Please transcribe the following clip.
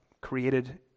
created